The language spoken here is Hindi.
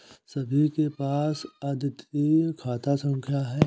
सभी के पास अद्वितीय खाता संख्या हैं